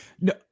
No